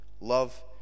Love